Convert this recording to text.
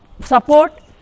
support